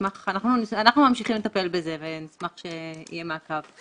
ממשיכים לטפל בזה ונשמח שיהיה מעקב.